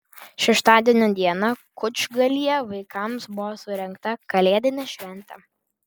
šeštadienio dieną kučgalyje vaikams buvo surengta kalėdinė šventė